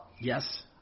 Yes